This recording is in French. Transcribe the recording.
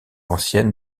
anciennes